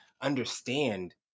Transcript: understand